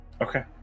Okay